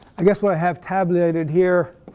i guess what i have tabulated here